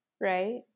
right